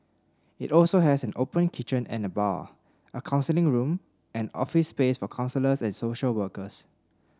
it also has an open kitchen and bar a counselling room and office space for counsellors and social workers